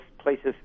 places